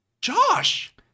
Josh